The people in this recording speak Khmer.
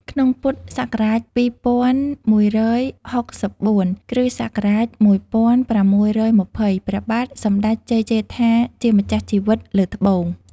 ក្នុងពុទ្ធសករាជ ២១៦៤ គ្រិស្តសករាជ ១៦២០ ព្រះបាទសម្ដេចព្រះជ័យជេជ្ឋាជាម្ចាស់ជីវិតលើត្បូង